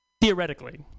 theoretically